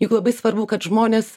juk labai svarbu kad žmonės